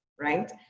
right